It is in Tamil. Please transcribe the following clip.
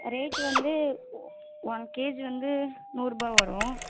ரேட்டு வந்து ஒன் கேஜி வந்து நூறு ரூபாய் வரும்